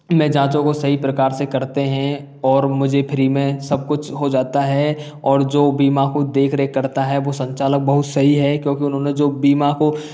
मैं जाँचों को सही प्रकार से करते हैं और मुझे फ्री में सब कुछ हो जाता है और जो बीमा को देख रेख करता है वो संचालक बहुत सही है क्योंकि उन्होंने जो बीमा को